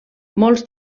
molts